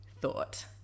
thought